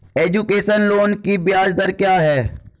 Education loan की ब्याज दर क्या है?